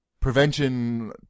prevention